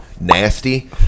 Nasty